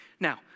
Now